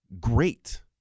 great